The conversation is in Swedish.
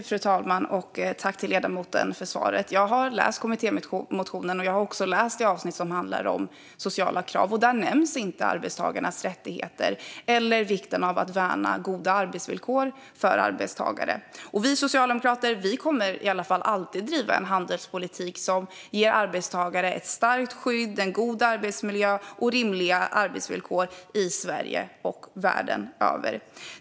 Fru talman! Jag tackar ledamoten för svaret. Jag har läst kommittémotionen, och jag har också läst det avsnitt som handlar om sociala krav. Där nämns inte arbetstagarnas rättigheter eller vikten av att värna goda arbetsvillkor för arbetstagare. Vi socialdemokrater kommer alltid att driva en handelspolitik som ger arbetstagare ett starkt skydd, en god arbetsmiljö och rimliga arbetsvillkor i Sverige och världen över.